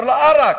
אומר לו: עראק.